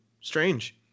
Strange